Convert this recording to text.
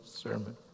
sermon